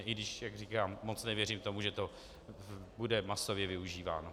I když, jak říkám, moc nevěřím tomu, že to bude masově využíváno.